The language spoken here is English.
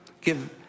give